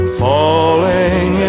falling